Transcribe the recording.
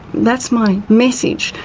that's my message,